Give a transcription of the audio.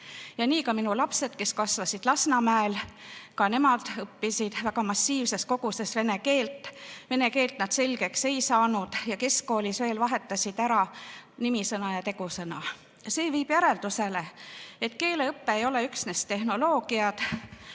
Ja nii ka minu lapsed, kes kasvasid Lasnamäel – ka nemad õppisid väga massiivses koguses vene keelt, aga vene keelt nad selgeks ei saanud ja keskkoolis veel vahetasid ära nimisõna ja tegusõna. See viib järeldusele, et keeleõpe ei ole üksnes tehnoloogiad.